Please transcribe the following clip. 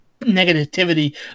negativity